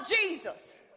Jesus